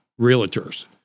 Realtors